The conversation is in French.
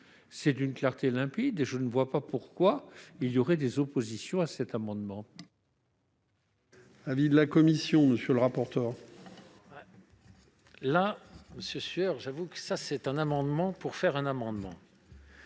c'est d'une clarté limpide, et je ne vois pas pourquoi il y aurait des oppositions à cet amendement. Quel est l'avis de la commission ? Là, monsieur Sueur, j'avoue que c'est un amendement pour faire un amendement